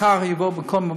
מחר יעבור מקום,